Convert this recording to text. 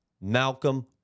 Malcolm